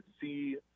see